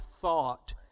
thought